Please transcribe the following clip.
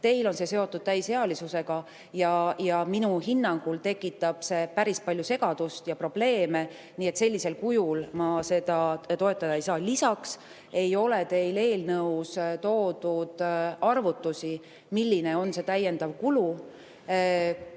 on see seotud täisealisusega, aga minu hinnangul tekitab see päris palju segadust ja probleeme, nii et sellisel kujul ma seda toetada ei saa. Lisaks ei ole teil eelnõus toodud arvutusi, milline on see täiendav kulu.